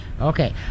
Okay